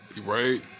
right